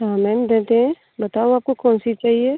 हाँ मैम देते हैं बताओ आपको कौनसी चाहिए